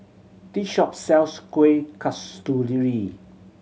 this shop sells Kuih Kasturi